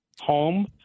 home